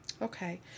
Okay